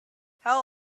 how